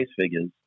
figures